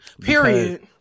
Period